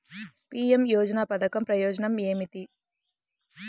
PM యోజన పధకం ప్రయోజనం ఏమితి?